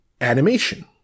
animation